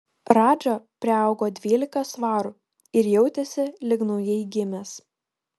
radža priaugo dvylika svarų ir jautėsi lyg naujai gimęs